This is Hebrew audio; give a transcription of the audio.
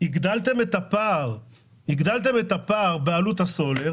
ונתתם תמריץ לאותם מוהלים שלא מגיעים